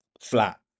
flat